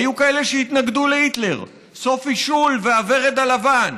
היו כאלה שהתנגדו להיטלר: סופי שול והוורד הלבן.